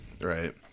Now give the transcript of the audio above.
Right